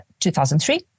2003